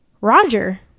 roger